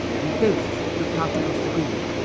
we both looked out across the green.